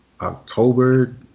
October